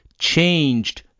changed